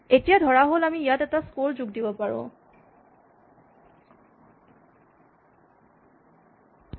এতিয়া ধৰাহ'ল আমি ইয়াতে এটা স্কৰ যোগ দিব খোজো